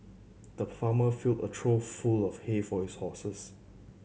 the farmer filled a trough full of hay for his horses